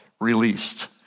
released